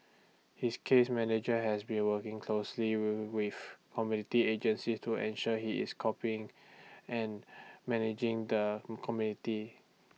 his case manager has been working closely with community agencies to ensure he is coping and managing the community